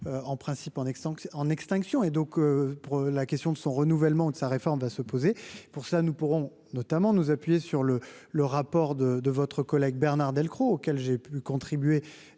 en principe en en extinction et donc pour la question de son renouvellement de sa réforme à se poser pour cela, nous pourrons notamment nous appuyer sur le le rapport de de votre collègue Bernard Delcros, auquel j'ai pu contribuer